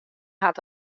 hat